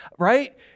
right